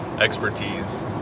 expertise